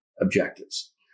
objectives